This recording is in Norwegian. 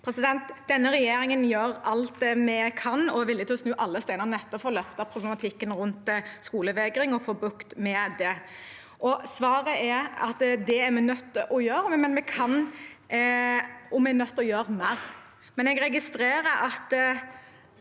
Denne re- gjeringen gjør alt den kan, og den er villig til å snu alle steiner for å løfte problematikken rundt skolevegring og få bukt med det. Svaret er at det er vi nødt til å gjøre, og vi er nødt til å gjøre mer.